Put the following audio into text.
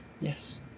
Yes